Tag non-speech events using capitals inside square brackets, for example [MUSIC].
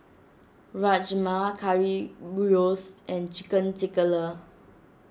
Rajma Currywurst and Chicken [UNINTELLIGIBLE]